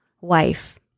Wife